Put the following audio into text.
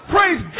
Praise